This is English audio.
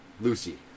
Lucy